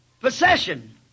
possession